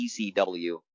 ECW